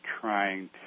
trying